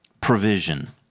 Provision